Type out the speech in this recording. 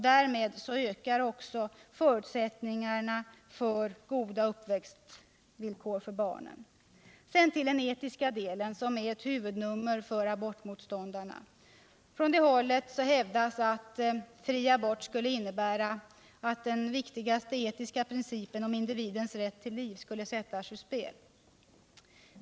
Därmed ökar också förutsättningarna för goda uppväxtvillkor för barnen. Sedan till den etiska delen, som är ett huvudnummer för abortmotståndarna. Från det hållet hävdas att fri abort skulle innebära att den viktigaste etiska principen, den om individens rätt till liv, skulle sättas ur spel.